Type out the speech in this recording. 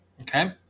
Okay